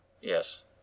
Yes